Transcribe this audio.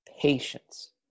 patience